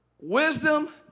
Wisdom